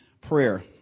prayer